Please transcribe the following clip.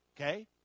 Okay